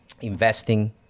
investing